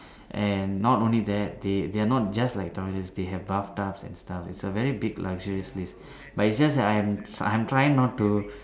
and not only that they they are not just like toilets they have bathtubs and stuff it's a very big luxurious place but its just that I'm I'm trying not to